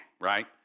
right